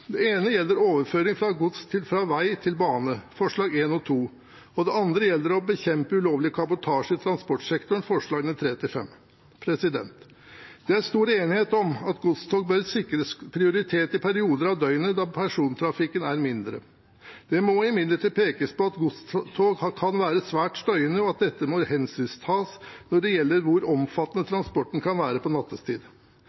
Det ene gjelder overføring av gods fra vei til bane, forslagene 1 og 2, og det andre gjelder å bekjempe ulovlig kabotasje i transportsektoren, forslagene 3–5. Det er stor enighet om at godstog bør sikres prioritet i perioder av døgnet da persontrafikken er mindre. Det må imidlertid pekes på at godstog kan være svært støyende, og at dette må hensyntas når det gjelder hvor omfattende